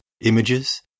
images